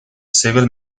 civil